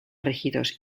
rígidos